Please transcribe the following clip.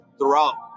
throughout